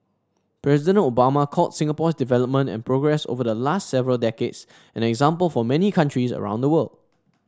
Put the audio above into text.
President Obama called Singapore's development and progress over the last several decades an example for many countries around the world